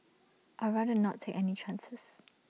I rather not take any chances